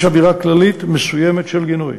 יש אווירה כללית מסוימת של גינוי